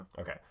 Okay